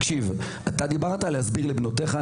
אתה דיברת על להסביר לבנותיך,